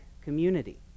community